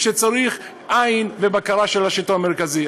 שבהם צריך עין ובקרה של השלטון המרכזי.